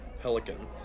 pelican